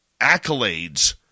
accolades